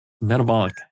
Metabolic